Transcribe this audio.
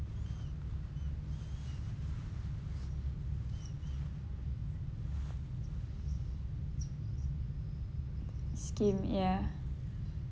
scheme ya